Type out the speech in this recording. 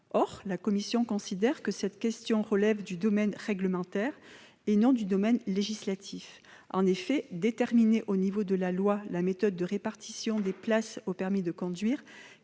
Or la commission spéciale considère que cette question relève du domaine réglementaire et non du domaine législatif. En effet, déterminer au niveau de la loi la méthode de répartition des places au permis de conduire